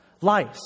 lice